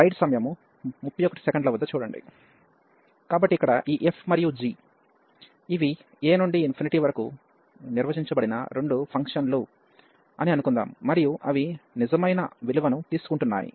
కాబట్టి ఇక్కడ ఈ f మరియు g ఇవి a నుండి వరకు నిర్వచించబడిన రెండు ఫంక్షన్ లు అని అనుకుందాం మరియు అవి నిజమైన విలువను తీసుకుంటున్నాయి